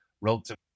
relative